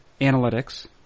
analytics